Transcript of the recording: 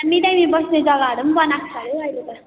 दामी दामी बस्ने जग्गाहरू पनि बनाएको छ अरे हौ अहिले त